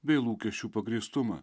bei lūkesčių pagrįstumą